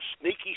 sneaky